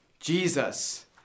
Jesus